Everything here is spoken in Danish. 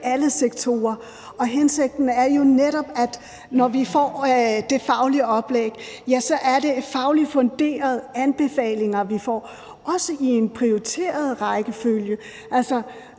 alle sektorer. Og hensigten er jo netop, at når vi får det faglige oplæg, ja, så er det fagligt funderede anbefalinger, vi får, også i en prioriteret rækkefølge. Altså,